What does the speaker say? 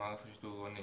במערך השיטור העירוני.